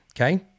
okay